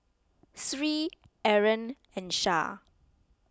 Sri Aaron and Shah